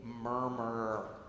murmur